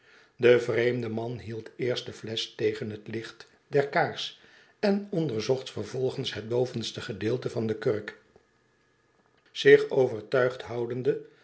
de vreemde man hield eerst de flesch tegen het licht der kaars en onderzocht vervolgens het bovenste gedeelte van de kurk zich overtuigd houdende